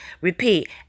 Repeat